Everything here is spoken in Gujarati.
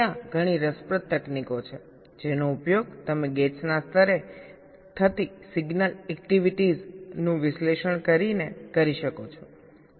ત્યાં ઘણી રસપ્રદ તકનીકો છે જેનો ઉપયોગ તમે ગેટ્સના સ્તરે થતી સિગ્નલ એક્ટિવિટીઓ નું વિશ્લેષણ કરીને કરી શકો છો